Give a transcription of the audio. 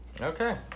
Okay